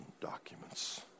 documents